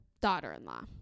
daughter-in-law